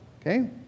Okay